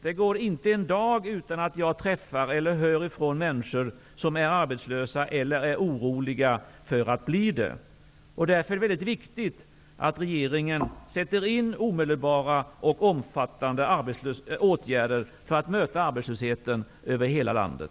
Det går inte en dag utan att jag träffar eller hör ifrån människor som är arbetslösa eller är oroliga för att bli det. Därför är det mycket viktigt att regeringen sätter in omedelbara och omfattande åtgärder för att möta arbetslösheten över hela landet.